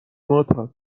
معتاد